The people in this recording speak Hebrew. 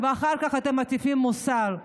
ואחר כך אתם מטיפים מוסר.